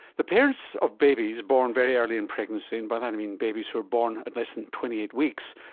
the parents of babies born very early in pregnancy, and by that i mean babies who are born and less than twenty eight weeks,